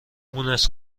مونس